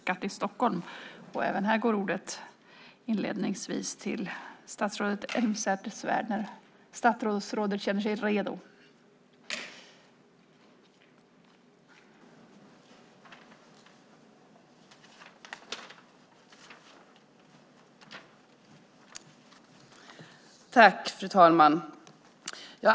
Fru talman!